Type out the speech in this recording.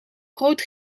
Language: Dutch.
groot